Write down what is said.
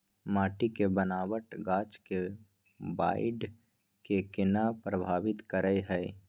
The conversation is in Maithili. माटी के बनावट गाछ के बाइढ़ के केना प्रभावित करय हय?